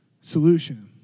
solution